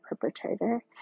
perpetrator